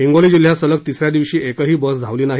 हिंगोली जिल्ह्यात सलग तिसऱ्या दिवशी एकही बस धावली नाही